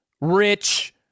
rich